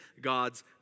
God's